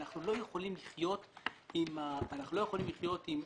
אנחנו אמרנו שאנחנו ממילא לא נחייב לעשות ביטוח.